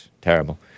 terrible